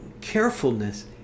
carefulness